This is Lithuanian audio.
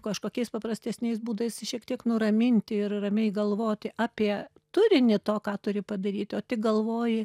kažkokiais paprastesniais būdais šiek tiek nuraminti ir ramiai galvoti apie turinį to ką turi padaryt o tik galvoji